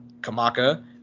Kamaka